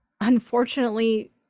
unfortunately